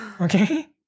okay